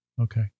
Okay